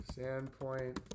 Sandpoint